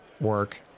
Work